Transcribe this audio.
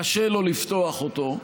קשה לו לפתוח אותו,